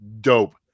dope